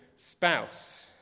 Spouse